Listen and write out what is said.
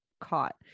caught